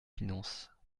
finances